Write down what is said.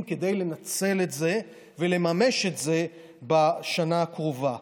כדי לנצל את זה ולממש את זה בשנה הקרובה.